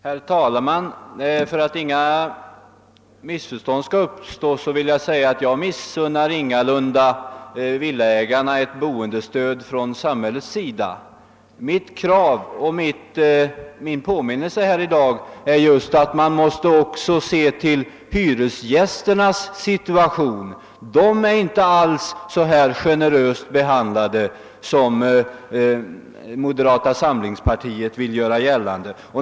Herr talman! För att inga missförstånd skall uppstå vill jag påpeka att jag ingalunda missunnar villaägarna ett boendestöd från samhällets sida. Mitt krav och min påminnelse i dag gällde att man också måste se på hyresgästernas situation. De är inte alls så generöst behandlade som moderata samlingspartiets företrädare vill göra gällande.